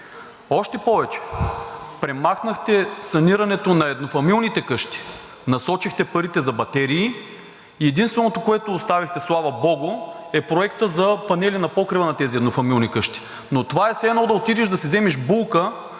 Още повече, премахнахте санирането на еднофамилните къщи. Насочихте парите за батерии. Единственото, което оставихте, слава богу, е Проектът за панели на покрива на тези еднофамилни къщи. Това е все едно да отидеш да си вземеш булка,